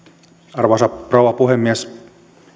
arvoisa rouva puhemies